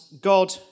God